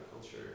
culture